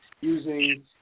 using